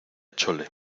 chole